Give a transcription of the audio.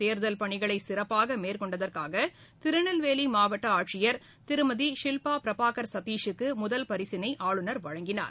தேர்தல் பணிகளை சிறப்பாக மேற்கொண்டதற்காக திருநெல்வேலி மாவட்ட ஆட்சியர் திருமதி சில்பா பிரபாகர் சதிஷூக்கு முதல் பரிசினை ஆளுநர் வழங்கினார்